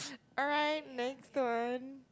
alright next on